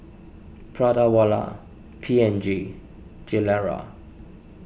Prata Wala P and G Gilera